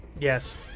Yes